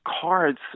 cards